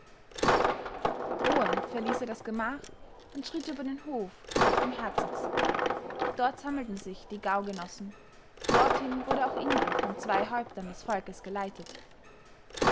drohend verließ er das gemach und schritt über den hof nach dem herdsitz dort sammelten sich die gaugenossen dorthin wurde auch ingo von zwei häuptern des volkes geleitet